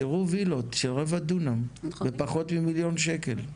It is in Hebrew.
תראו וילות של רבע דונם בפחות ממיליון שקלים.